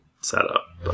setup